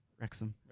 Wrexham